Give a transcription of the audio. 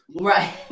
Right